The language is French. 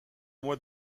mois